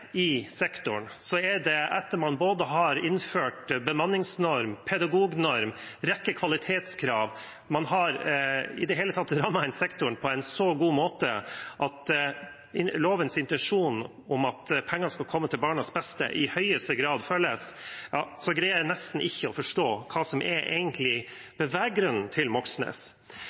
i sektoren etter at man har innført både bemanningsnorm, pedagognorm og en rekke kvalitetskrav, og man i det hele tatt har rammet inn sektoren på en så god måte at lovens intensjon om at pengene skal komme til barnas beste, i høyeste grad følges, greier jeg nesten ikke å forstå hva som egentlig er beveggrunnen til Moxnes.